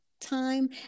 time